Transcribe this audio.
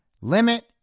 limit